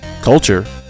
culture